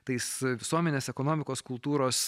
tais visuomenės ekonomikos kultūros